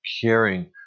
caring